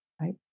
right